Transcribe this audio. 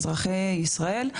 אזרחי ישראל,